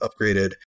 upgraded